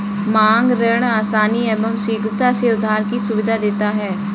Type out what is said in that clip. मांग ऋण आसानी एवं शीघ्रता से उधार की सुविधा देता है